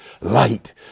light